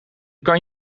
kan